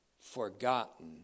Forgotten